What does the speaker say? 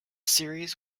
series